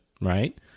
right